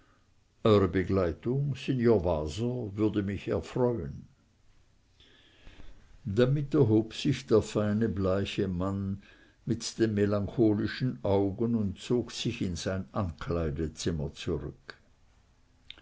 eure begleitung signor waser würde mich erfreuen damit erhob sich der feine bleiche mann mit den melancholischen augen und zog sich in sein ankleidezimmer zurück